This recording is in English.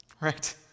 right